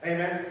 Amen